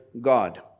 God